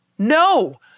No